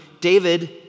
David